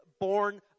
born